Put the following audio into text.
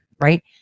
right